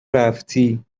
رفتی